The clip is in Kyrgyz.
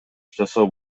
жасоо